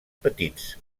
petits